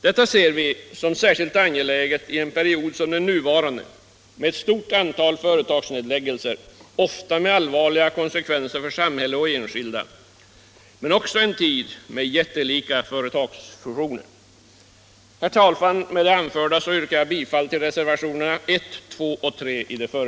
Detta ser vi som särskilt angeläget i en period som den nuvarande med ett stort antal företagsnedläggelser, ofta med allvarliga konsekvenser för samhälle och enskilda, men också en tid med jättelika företagsfusioner.